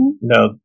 no